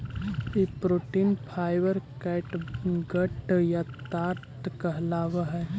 ई protein fibre catgut या ताँत कहलावऽ हई